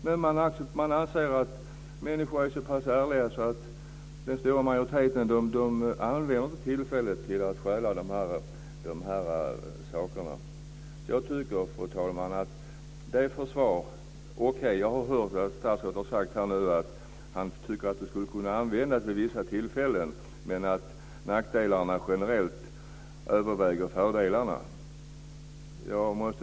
Men man anser att människor är så pass ärliga att den stora majoriteten inte använder tillfället till att stjäla sakerna. Fru talman! Okej, jag har hört att statsrådet har sagt att han tycker att detta kan användas vid vissa tillfällen men att nackdelarna generellt överväger fördelarna.